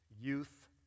youth